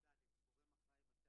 ואיך